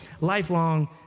lifelong